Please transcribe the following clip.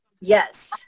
Yes